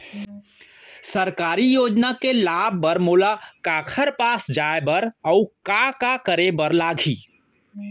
सरकारी योजना के लाभ बर मोला काखर पास जाए बर अऊ का का करे बर लागही?